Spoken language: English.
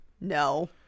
no